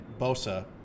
Bosa